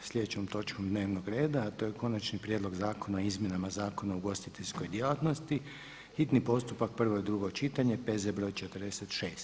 slijedećom točkom dnevnog reda, a to je: - Konačni prijedlog Zakona o izmjenama Zakona o ugostiteljskoj djelatnosti, hitni postupak, prvo i drugo čitanje, P.Z.BR.46.